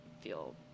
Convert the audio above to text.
feel